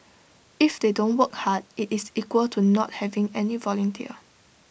if they don't work hard IT is equal to not having any volunteer